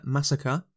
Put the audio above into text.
Massacre